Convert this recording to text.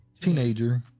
teenager